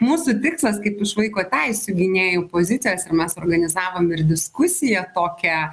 mūsų tikslas kaip iš vaiko teisių gynėjų pozicijos ir mes organizavom ir diskusiją tokią